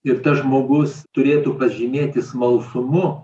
ir tas žmogus turėtų pasižymėti smalsumu